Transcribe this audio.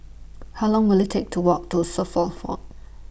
How Long Will IT Take to Walk to Suffolk